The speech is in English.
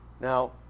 Now